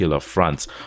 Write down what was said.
fronts